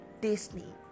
disney